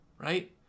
right